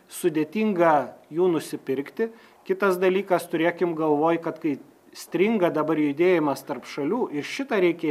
sudėtinga jų nusipirkti kitas dalykas turėkim galvoj kad kai stringa dabar judėjimas tarp šalių ir šitą reikia